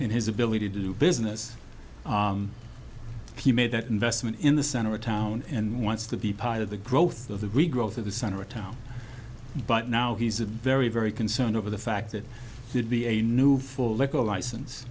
and his ability to do business he made that investment in the center of town and wants to be part of the growth of the regrowth of the center of town but now he's a very very concerned over the fact that would be a new for a liquor license